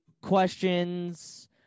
questions